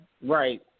Right